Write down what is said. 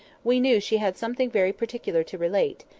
we knew she had something very particular to relate,